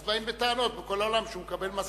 באים בטענות מכל העולם שהוא מקבל משכורת.